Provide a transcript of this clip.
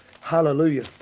Hallelujah